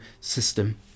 system